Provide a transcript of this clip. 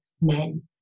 men